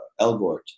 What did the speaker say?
Elgort